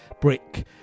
brick